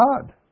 God